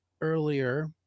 earlier